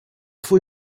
faut